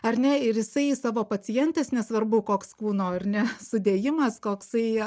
ar ne ir jisai į savo pacientes nesvarbu koks kūno ar ne sudėjimas koksai